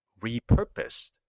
repurposed